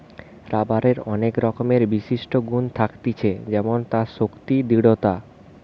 রাবারের অনেক রকমের বিশিষ্ট গুন থাকতিছে যেমন তার শক্তি, দৃঢ়তা